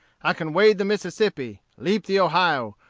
i can wade the mississippi, leap the ohio,